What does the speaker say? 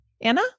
Anna